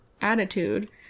attitude